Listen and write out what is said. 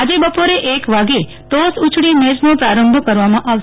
આજે બપોરે એક વાગે ટોસ ઉછાળી મેચ નો પ્રારંભ કરવામાં આવશે